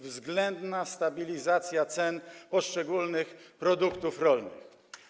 Względna stabilizacja cen poszczególnych produktów rolnych.